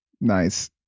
Nice